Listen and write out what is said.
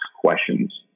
questions